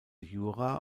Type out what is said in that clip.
jura